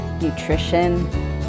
nutrition